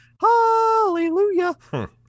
Hallelujah